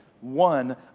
one